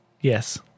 yes